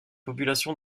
population